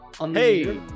Hey